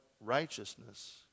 righteousness